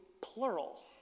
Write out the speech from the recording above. plural